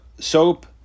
Soap